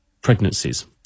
pregnancies